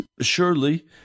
Surely